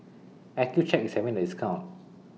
Accucheck IS having A discount